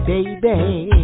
Baby